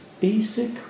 basic